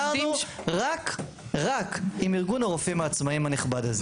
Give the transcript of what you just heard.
ונשארנו רק עם ארגון הרופאים העצמאים הנכבד הזה.